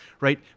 right